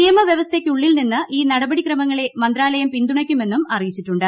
നിയമ വൃവസ്ഥയ്ക്കുള്ളിൽ നിന്ന് ഈ നടപടിക്രമങ്ങളെ മന്ത്രാലയം പിന്തുണയ്ക്കുമെന്നും അറിയിച്ചിട്ടുണ്ട്